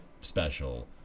special